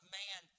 man